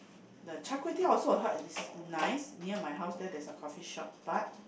the char-kway-teow also I heard is nice near my house there there's a coffee shop but